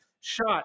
shot